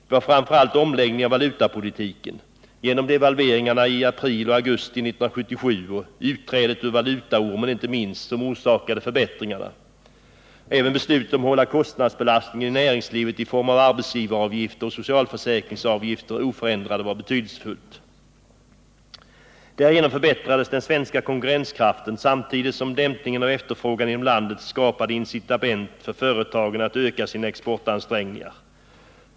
Det var framför allt omläggningen av valutapolitiken — devalveringarna i april och augusti 1977 och inte minst utträdet ur valutaormen — som orsakade förbättringarna. Även beslutet om att hålla kostnadsbelastningen i näringslivet i form av arbetsgivaravgifter och socialförsäkringsavgifter oförändrad var betydelsefullt. Därigenom förbättrades den svenska konkurrenskraften, samtidigt som dämpningen av efterfrågan inom landet skapade incitament för företagen att öka sina exportansträngningar.